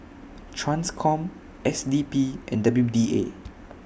TRANSCOM S D P and W D A